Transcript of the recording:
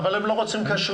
אבל הם לא רוצים כשרות.